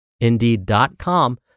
indeed.com